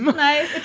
um and i